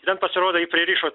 ten pasirodo jį pririšo